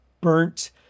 burnt